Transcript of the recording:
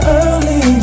early